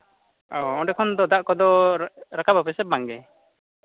ᱚᱸᱰᱮ ᱠᱷᱚᱱ ᱫᱚ ᱫᱟᱜ ᱠᱚᱫᱚᱯᱮ ᱨᱟᱠᱟᱵᱟᱥᱮ ᱵᱟᱝᱜᱮ